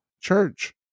church